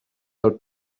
del